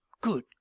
good